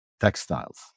textiles